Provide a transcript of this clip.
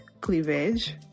cleavage